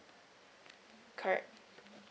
correct